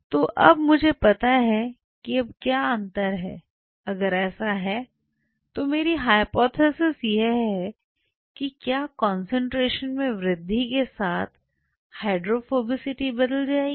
तो अब मुझे पता है कि अब क्या अंतर है अगर ऐसा है तो मेरी हाइपोथिसिस यह है कि क्या कंसंट्रेशन में वृद्धि के साथ हाइड्रोफोबिसिटी बदल जाएगी